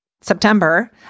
September